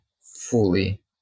fully